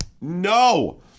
No